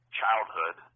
childhood